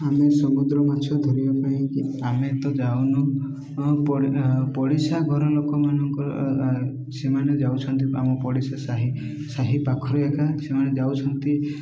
ଆମେ ସମୁଦ୍ର ମାଛ ଧରିବା ପାଇଁ ଆମେ ତ ଯାଉନୁ ପଡ଼ି ପଡ଼ିଶା ଘର ଲୋକମାନଙ୍କର ସେମାନେ ଯାଉଛନ୍ତି ଆମ ପଡ଼ିଶା ସାହି ସାହି ପାଖରେ ଏକା ସେମାନେ ଯାଉଛନ୍ତି